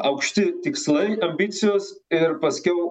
aukšti tikslai ambicijos ir paskiau